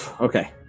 Okay